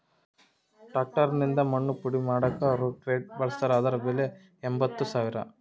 tractor ನಿಂದ ಮಣ್ಣು ಪುಡಿ ಮಾಡಾಕ ರೋಟೋವೇಟ್ರು ಬಳಸ್ತಾರ ಅದರ ಬೆಲೆ ಎಂಬತ್ತು ಸಾವಿರ